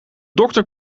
dokter